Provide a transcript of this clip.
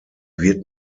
wird